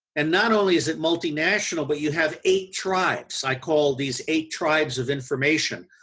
and not only is it multi-national, but you have eight tribes. i call these eight tribes of information.